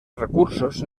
recursos